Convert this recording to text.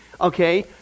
okay